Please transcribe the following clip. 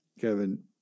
Kevin